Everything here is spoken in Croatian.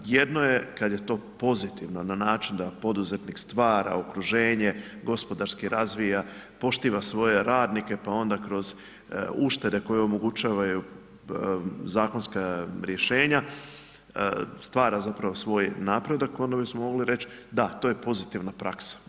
Jedno je kad je to pozitivno, na način da poduzetnik stvara okruženje, gospodarski razvija, poštiva svoje radnike pa onda kroz uštede koje omogućavaju zakonska rješenja, stvara zapravo svoj napredak onda bismo mogli reć da, to je pozitivna praksa.